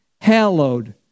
hallowed